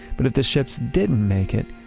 but if the ships didn't make it,